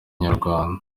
inyarwanda